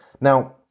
now